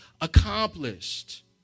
accomplished